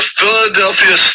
Philadelphia